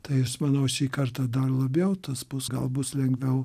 tai aš manau šį kartą dar labiau tas bus gal bus lengviau